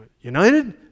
United